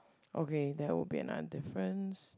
okay that will be another difference